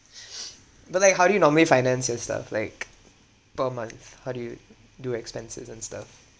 but like how do you normally finance your stuff like per month how do you do expenses and stuff